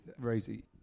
Rosie